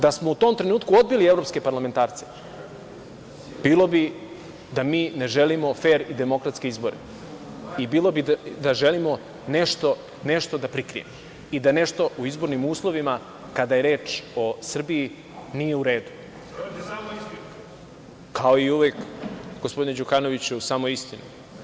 Da smo u tom trenutku odbili evropske parlamentarce, bilo bi da mi ne želimo fer i demokratske izbore i bilo bi da želimo nešto da prikrijemo i da nešto u izbornim uslovima kada je reč o Srbiji nije uredu. (Vladimir Đukanović: Đorđe, samo istinu.) Kao i uvek, gospodine Đukanoviću, samo istinu.